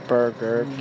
Burger